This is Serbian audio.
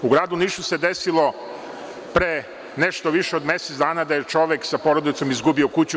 U gradu Nišu se desilo pre nešto više od mesec dana da je čovek sa porodicom izgubio kuću.